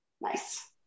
Nice